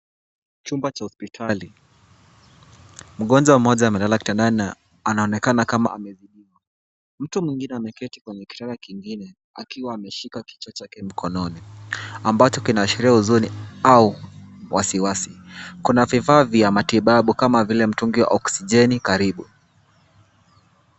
Chumba cha hospitali. Mgonjwa mmoja amelala kitandani na anaonekana kama amezidiwa. Mtu mwingine ameketi kwenye kitanda kingine akiwa ameshika kichwa chake mkononi ambacho kinaashiria huzuni au wasiwasi. Kuna vifaa vya matibabu kama vile mtungi ya oksijeni karibu.